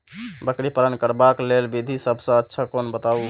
बकरी पालन करबाक लेल विधि सबसँ अच्छा कोन बताउ?